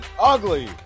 ugly